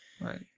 right